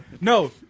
No